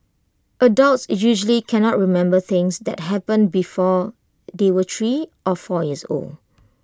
adults usually cannot remember things that happened before they were three or four years old